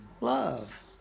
Love